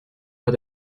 pas